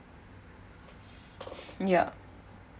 ya